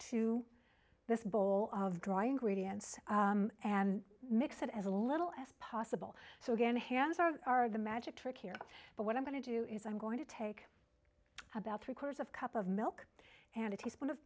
to this bowl of dry ingredients and mix it as a little as possible so again hands are are the magic trick here but what i'm going to do is i'm going to take about three quarters of cup of milk and a teaspoon of